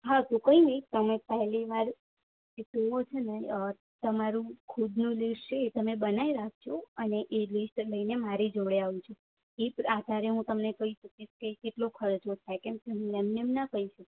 હા તો કંઈ નહીં તમે પેહલી વાર એ તો એવું હશે ને તમારું ખુદનું લિસ્ટ છે એ તમે બનાવી રાખજો અને એ લિસ્ટ લઈને મારી જોડે આવજો એ આધારે હું તમને કહીશ કે કેટલો ખર્ચો થાય કેમકે હું એમ નેમ ના કહી શકું